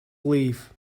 live